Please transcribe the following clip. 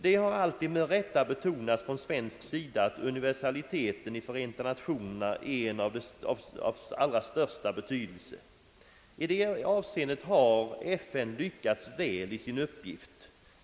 Det har alltid med rätta betonats från svensk sida att universaliteten i Förenta Nationerna är av den allra största betydelse. I det avseendet har Förenta Nationerna lyckats väl i sin uppgift.